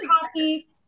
coffee